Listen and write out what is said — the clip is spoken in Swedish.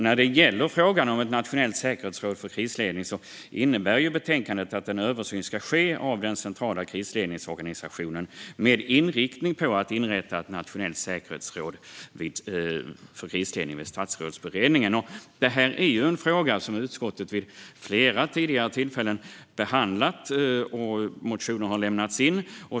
När det gäller frågan om ett nationellt säkerhetsråd för krisledning innebär betänkandet att en översyn ska ske av den centrala krisledningsorganisationen med inriktning på att inrätta ett nationellt säkerhetsråd för krisledning vid Statsrådsberedningen. Detta är en fråga som utskottet vid flera tidigare tillfällen behandlat, och motioner har väckts.